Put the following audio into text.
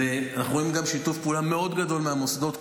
אנחנו רואים גם שיתוף פעולה מאוד גדול מהמוסדות.